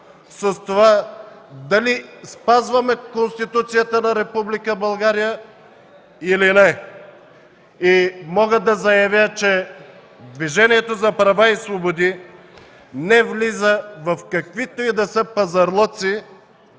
с това дали спазваме Конституцията на Република България или не. И мога да заявя, че Движението за права и свободи не влиза в каквито и да са пазарлъци